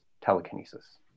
telekinesis